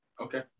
Okay